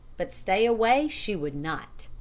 but stay away she would not.